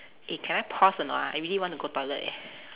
eh can I pause or not ah I really want to go toilet leh